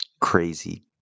crazy